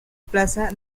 plaza